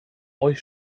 euch